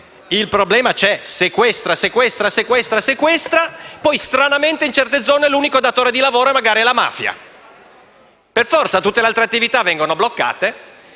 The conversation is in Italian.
Il problema c'è: sequestra, sequestra, sequestra e poi, stranamente, in certe zone l'unico datore di lavoro magari è la mafia. Per forza: tutte le altre attività vengono bloccate.